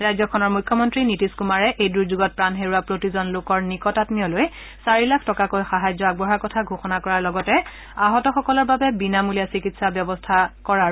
ৰাজ্যখনৰ মুখ্যমন্তী নীতিশ কুমাৰে এই দুৰ্যেগত প্ৰাণ হেৰুওৱা প্ৰতিজন লোকৰ নিকটামীয়লৈ চাৰিলাখ টকাকৈ সাহায্য আগবঢ়োৱাৰ কথা ঘোষণা কৰাৰ লগতে আহতসকলৰ বাবে বিনামূলীয়া চিকিৎসাৰ ব্যৱস্থা কৰাৰ নিৰ্দেশ দিয়ে